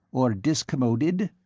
or discommoded?